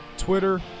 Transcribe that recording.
Twitter